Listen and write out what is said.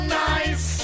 nice